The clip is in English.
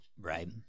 Right